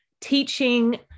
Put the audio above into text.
teaching